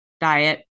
diet